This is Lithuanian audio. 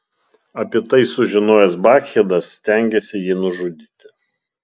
apie tai sužinojęs bakchidas stengėsi jį nužudyti